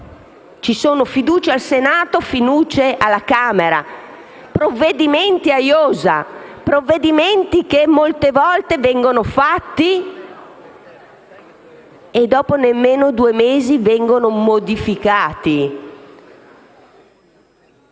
ci sono fiducie al Senato e fiducie alla Camera, provvedimenti a iosa, che molte volte vengono approvati e dopo nemmeno due mesi vengono modificati.